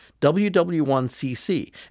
WW1CC